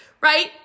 right